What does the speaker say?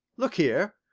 look here,